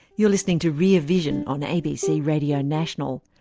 you're listening to rear vision on abc radio national.